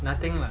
nothing right